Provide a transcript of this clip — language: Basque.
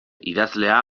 idazlea